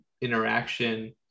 interaction